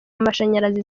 mashanyarazi